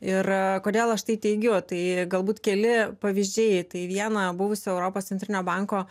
ir kodėl aš tai teigiu tai galbūt keli pavyzdžiai tai vieną buvusį europos centrinio banko